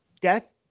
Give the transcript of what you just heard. death